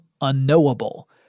unknowable